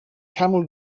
camel